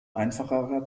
einfacherer